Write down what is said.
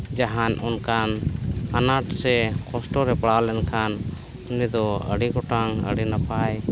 ᱡᱟᱦᱟᱱ ᱚᱱᱠᱟᱱ ᱟᱱᱟᱴ ᱥᱮ ᱠᱚᱥᱴᱚ ᱨᱮ ᱯᱟᱲᱟᱣ ᱞᱮᱱᱠᱷᱟᱱ ᱩᱱᱤ ᱫᱚ ᱟᱹᱰᱤ ᱜᱚᱴᱟᱝ ᱟᱹᱰᱤ ᱱᱟᱯᱟᱭ